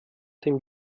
dem